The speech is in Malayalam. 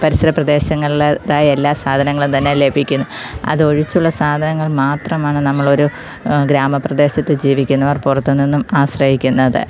പരിസര പ്രദേശങ്ങളിൽ ഇതായ എല്ലാ സാധനങ്ങളും തന്നെ ലഭിക്കുന്നു അതൊഴിച്ചുള്ള സാധനങ്ങൾ മാത്രമാണ് നമ്മളൊരു ഗ്രാമ പ്രദേശത്ത് ജീവിക്കുന്നവർ പുറത്തു നിന്നും ആശ്രയിക്കുന്നത്